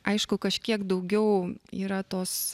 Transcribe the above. aišku kažkiek daugiau yra tos